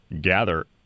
gather